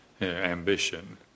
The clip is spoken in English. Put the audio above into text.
ambition